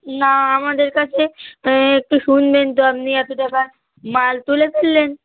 না আমাদের কাছে একটু শুনবেন তো আপনি এত টাকার মাল তুলে ফেললেন